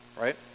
right